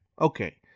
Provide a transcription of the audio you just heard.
Okay